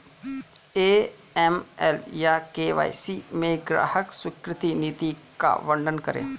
AML या KYC में ग्राहक स्वीकृति नीति का वर्णन करें?